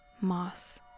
moss